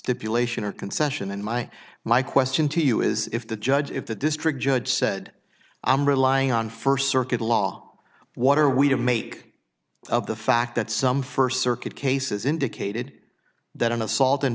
stipulation or concession and my my question to you is if the judge if the district judge said i'm relying on first circuit law what are we to make of the fact that some first circuit cases indicated that an